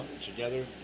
Together